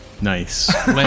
Nice